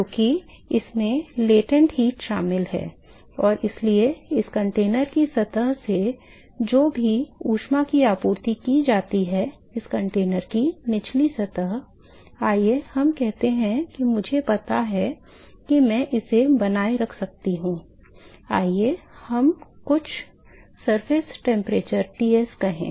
क्योंकि इसमें गुप्त ऊष्मा शामिल है और इसलिए इस कंटेनर की सतह से जो भी ऊष्मा की आपूर्ति की जाती है इस कंटेनर की निचली सतह आइए हम कहते हैं कि मुझे पता है कि मैं इसे बनाए रख सकता हूं आइए हम कुछ सतह तापमान Ts पर कहें